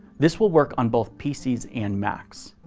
this will work on both pcs and macs.